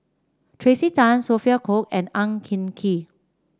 Tracey Tan Sophia Cooke and Ang Hin Kee